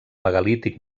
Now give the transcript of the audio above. megalític